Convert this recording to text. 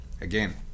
Again